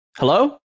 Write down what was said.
Hello